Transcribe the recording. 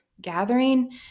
gathering